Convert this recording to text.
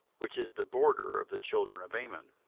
which is the border of the children of ammon